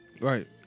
Right